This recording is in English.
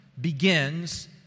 begins